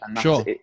sure